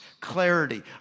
clarity